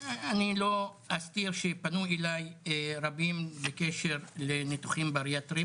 אני לא אסתיר שפנו אליי רבים בקשר לניתוחים בריאטריים